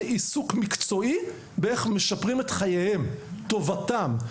זה עיסוק מקצועי איך משפרים את חייהם וטובתם.